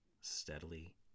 steadily